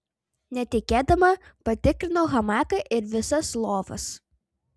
netikėdama patikrinau hamaką ir visas lovas